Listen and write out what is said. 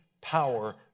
power